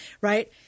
right